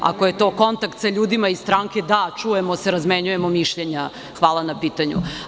Ako je to kontakt sa ljudima iz stranke, da, čujemo se, razmenjujemo mišljenja, hvala na pitanju.